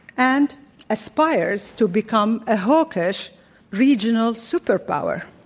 and aspires to become a hawkish regional superpower.